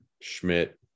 Schmidt